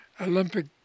Olympic